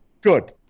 Good